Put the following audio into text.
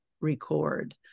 record